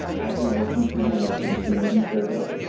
as you're working through the american community survey,